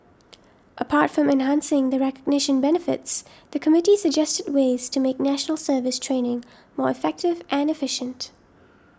apart from enhancing the recognition benefits the committee suggested ways to make National Service training more effective and efficient